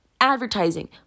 advertising